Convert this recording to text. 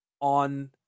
on